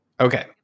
Okay